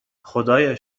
خدایا